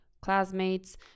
classmates